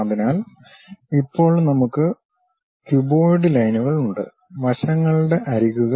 അതിനാൽ ഇപ്പോൾ നമുക്ക് ക്യൂബോയിഡ് ലൈനുകൾ ഉണ്ട് വശങ്ങളുടെ അരികുകൾ